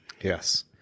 Yes